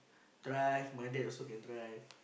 drive my dad also can drive